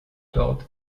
dort